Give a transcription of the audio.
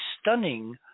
stunning